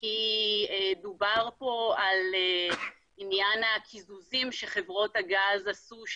כי דובר על עניין הקיזוזים שחברות הגז עשו,